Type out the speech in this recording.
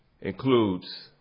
includes